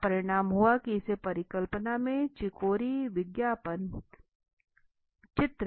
इसका परिणाम हुआ की इस परिकल्पना में चिकोरी विज्ञापन चित्रित कर सकता है